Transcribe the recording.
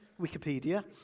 Wikipedia